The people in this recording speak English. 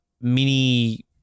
mini